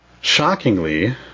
Shockingly